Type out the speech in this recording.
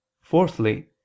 Fourthly